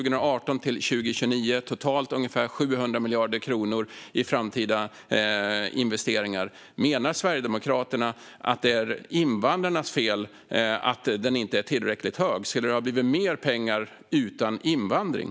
För 2018-2029 handlar det om totalt ungefär 700 miljarder kronor i framtida investeringar. Menar Sverigedemokraterna att det är invandrarnas fel att den inte är tillräckligt hög? Skulle det ha blivit mer pengar utan invandring?